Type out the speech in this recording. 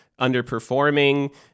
underperforming